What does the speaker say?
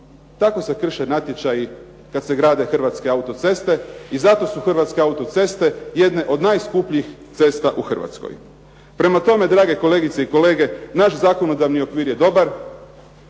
Tako se krše natječaji kada se grade Hrvatske autoceste, i zato su Hrvatske autoceste jedne od najskupljih cesta u Hrvatskoj. Prema tome, drage kolegice i kolege naš zakonodavni okvir je dobar,